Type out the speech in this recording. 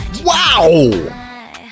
Wow